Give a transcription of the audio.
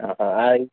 ആ ആ ഹായ്